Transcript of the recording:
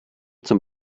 zum